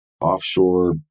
offshore